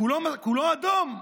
כולו אדום.